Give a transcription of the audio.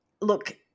look